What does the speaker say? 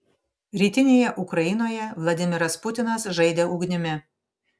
rytinėje ukrainoje vladimiras putinas žaidė ugnimi